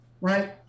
right